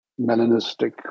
melanistic